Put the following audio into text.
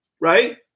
right